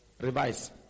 Revised